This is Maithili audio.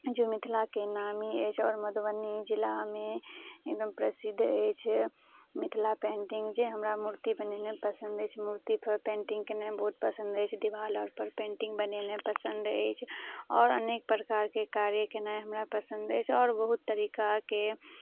जो मिथिलाके नामी अछि आओर मधुबनी जिलामे एकदम प्रसिद्ध अछि मिथिला पेन्टिंग जे हमरा मूर्ति बनेनाइ पसन्द अछि मूर्तिपर पेन्टिंग केनाइ बहुत पसन्द अछि देवाल अरपर पेन्टिंग बनेनाइ पसन्द अछि आओर अनेक प्रकारके कार्य केनाइ हमरा पसन्द अछि आओर बहुत तरीकाके